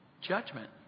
judgment